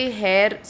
hair